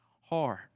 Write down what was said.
hard